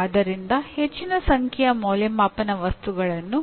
ಆದ್ದರಿಂದ ಹೆಚ್ಚಿನ ಸಂಖ್ಯೆಯ ಮೌಲ್ಯಮಾಪನ ವಸ್ತುಗಳನ್ನು